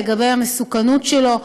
לגבי המסוכנות שלו,